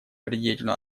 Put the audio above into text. предельную